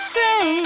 say